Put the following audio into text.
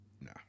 No